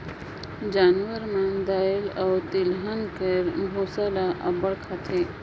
जानवर मन दाएल अउ तिलहन कर बूसा ल अब्बड़ खाथें